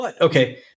okay